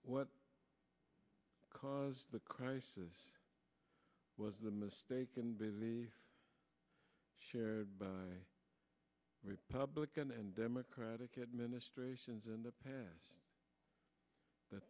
what caused the crisis was the mistaken belief shared by republican and democrat ministrations in the past that